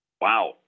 Wow